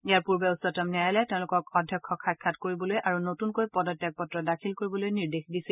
ইয়াৰ পূৰ্বে উচ্চতম ন্যায়ালয়ে তেওঁলোকক অধ্যক্ষক সাক্ষাৎ কৰিবলৈ আৰু নতুনকৈ পদত্যাগ পত্ৰ দাখিল কৰিবলৈ নিৰ্দেশ দিছিল